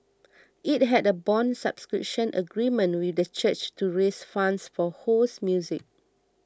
it had a bond subscription agreement with the church to raise funds for Ho's music